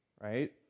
Right